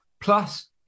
plus